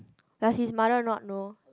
does his mother not know